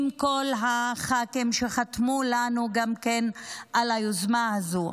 עם כל הח"כים שחתמו לנו על היוזמה הזאת.